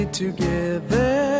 together